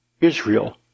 Israel